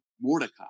Mordecai